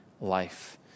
life